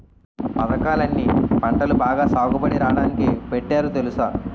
పదకాలన్నీ పంటలు బాగా సాగుబడి రాడానికే పెట్టారు తెలుసా?